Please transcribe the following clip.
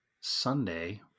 Sunday